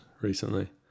recently